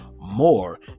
more